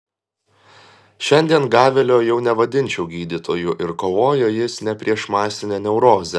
šiandien gavelio jau nevadinčiau gydytoju ir kovojo jis ne prieš masinę neurozę